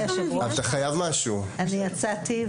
אמרתי גם אתמול שלדוגמה סוציו אקונומי לא נמצא במפה של השיכון הכפרי.